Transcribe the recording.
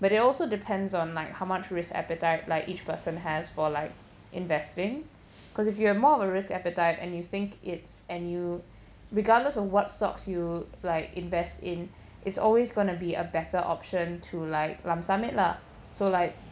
but it also depends on like how much risk appetite like each person has for like investing cause if you have more of a risk appetite and you think it's and you regardless of what stocks you like invest in it's always gonna be a better option to like lump sum it lah so like